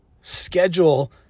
Schedule